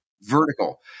Vertical